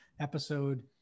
episode